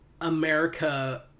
America